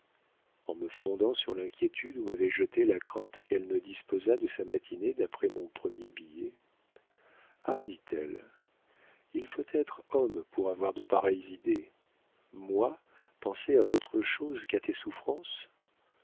en me fondant sur l'inquiétude où m'avait jeté la crainte qu'elle ne disposât de sa matinée d'après mon premier billet ah dit-elle il faut être homme pour avoir de pareilles idées moi penser à autre chose qu'à tes souffrances